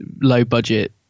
low-budget